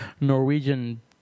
Norwegian